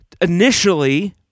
initially